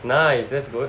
nice that's good